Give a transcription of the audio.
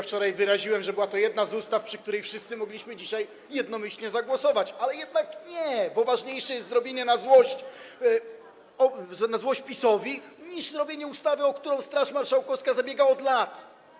Wczoraj wyraziłem się, że była to jedna z ustaw, w przypadku której wszyscy mogliśmy dzisiaj jednomyślne zagłosować, ale jednak nie, bo ważniejsze jest zrobienie na złość, na złość PiS-owi, niż stworzenie ustawy, o którą Straż Marszałkowska zabiega od lat.